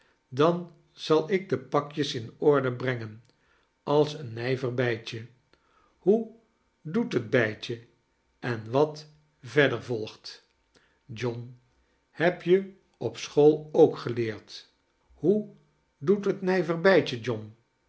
dan zal ik de pakjee in orde brengen als een nijver bijtje hoe doet het bijtje en wat verder volgt john heb je op school ook geleerd hoe doet het nijver bijtje